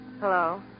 Hello